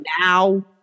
now